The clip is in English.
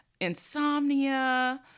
insomnia